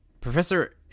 Professor